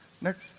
Next